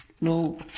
no